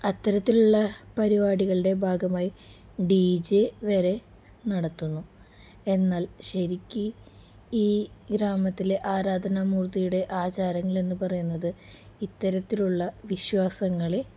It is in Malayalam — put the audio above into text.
അത്തരത്തിലുള്ള പരിപാടികളുടെ ഭാഗമായി ഡി ജെ വരെ നടത്തുന്നു എന്നാൽ ശെരിക്കും ഈ ഗ്രാമത്തിലെ ആരാധനമൂർത്തിയുടെ ആചാരണങ്ങൾ എന്ന് പറയുന്നത് ഇത്തരത്തിലുള്ള വിശ്വാസങ്ങളെ